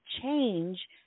change